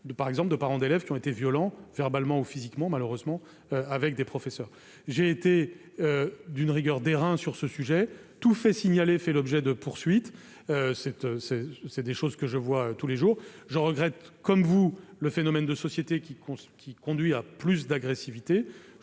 par exemple, des parents d'élèves qui ont été violents verbalement ou physiquement avec des professeurs. J'ai été d'une rigueur d'airain sur ce sujet. Tout fait signalé fait l'objet de poursuites. J'en constate tous les jours. Je regrette comme vous le phénomène de société qui accroît l'agressivité.